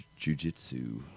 jujitsu